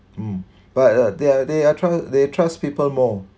mm but uh they are they are try they trust people more